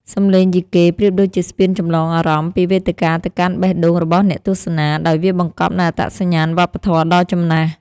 សំឡេងយីកេប្រៀបដូចជាស្ពានចម្លងអារម្មណ៍ពីវេទិកាទៅកាន់បេះដូងរបស់អ្នកទស្សនា ដោយវាបង្កប់នូវអត្តសញ្ញាណវប្បធម៌ដ៏ចំណាស់។